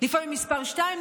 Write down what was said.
לפעמים מס' שתיים,